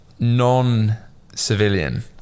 non-civilian